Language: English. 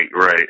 right